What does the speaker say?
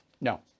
No